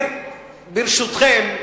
ברשותכם,